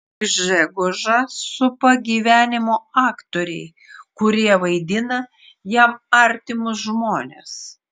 gžegožą supa gyvenimo aktoriai kurie vaidina jam artimus žmones